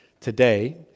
today